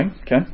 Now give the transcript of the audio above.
okay